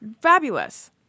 Fabulous